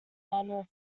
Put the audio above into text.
manor